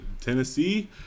Tennessee